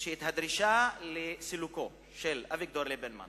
שהדרישה לסילוקו של אביגדור ליברמן